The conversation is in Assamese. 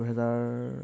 দুহেজাৰ